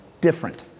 different